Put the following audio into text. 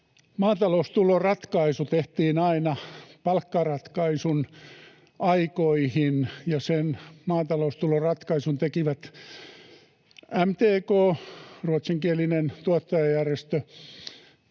maataloustuloratkaisu tehtiin aina palkkaratkaisun aikoihin ja sen maataloustuloratkaisun tekivät MTK, ruotsinkielinen tuottajajärjestö,